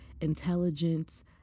intelligence